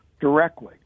directly